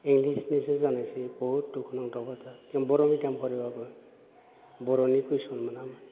इंलिसनिसो जानायसै बुहुत दुखुनांथाव बाथ्रा जों बर' मेडियाम फरायबाबो बर'नि कुइसन मोनामोन